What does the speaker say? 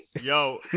Yo